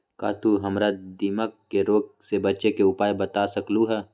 का तू हमरा दीमक के रोग से बचे के उपाय बता सकलु ह?